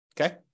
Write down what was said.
Okay